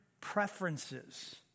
preferences